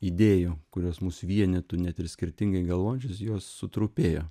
idėjų kurios mus vienytų net ir skirtingai galvojančius jos sutrupėjo